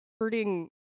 hurting